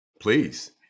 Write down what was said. please